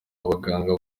abaganga